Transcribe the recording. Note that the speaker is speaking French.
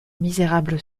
misérable